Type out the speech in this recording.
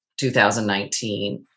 2019